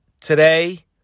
today